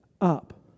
up